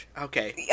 Okay